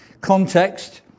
context